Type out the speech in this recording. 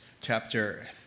chapter